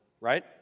right